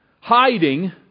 Hiding